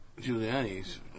Giuliani's